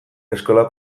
eskola